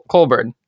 Colburn